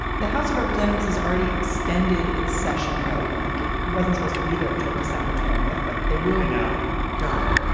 the house of representatives has already extended its session by a week. it wasn't supposed to be there until december twentieth. twentieth. but they will no go.